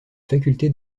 faculté